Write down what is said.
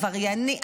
העבריינים,